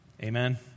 Amen